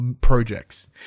projects